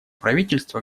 правительство